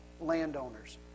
landowners